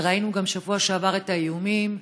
וראינו גם בשבוע שעבר את האיומים.